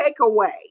takeaway